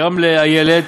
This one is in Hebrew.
גם לאיילת